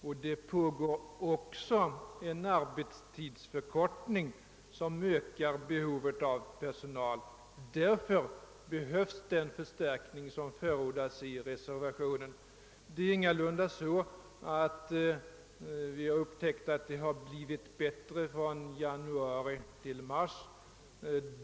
Samtidigt förkortas arbetstiden, vilket ökar behovet av personal. Den förstärkning som förordas i reservationen kommer därför att väl behövas. Det förhåller sig ingalunda så, att vi som nu har reserverat oss har upptäckt att läget har förbättrats från januari till mars.